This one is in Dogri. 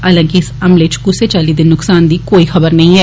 हालांकि इस हमले च कुसै चाल्ली दे नुक्सान दी कोई खबर नेई ऐ